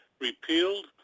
repealed